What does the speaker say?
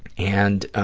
and